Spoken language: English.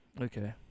Okay